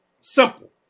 Simple